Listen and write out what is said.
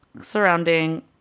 surrounding